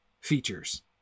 features